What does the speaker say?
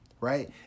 right